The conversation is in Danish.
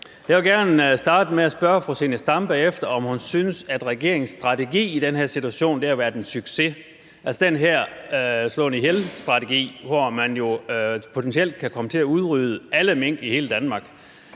Jeg vil gerne starte med at spørge fru Zenia Stampe, om hun synes, at regeringens strategi i den her situation har været en succes, altså den her strategi med at slå ihjel, hvor man jo potentielt kan komme til at udrydde alle mink i hele Danmark,